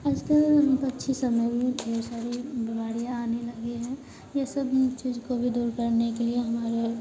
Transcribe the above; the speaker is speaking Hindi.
आज कल हम पक्षी समय में ढेर सारी बीमारियाँ आने लगी हैं ये सब चीज को भी दूर करने के लिए हमारे